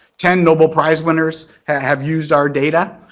ten nobel prize winners have used our data.